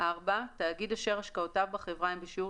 (4)תאגיד אשר השקעותיו בחברה הן בשיעור